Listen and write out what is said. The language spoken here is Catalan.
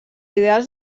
ideals